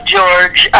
George